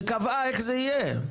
שקבעה איך זה יהיה.